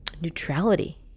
neutrality